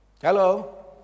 Hello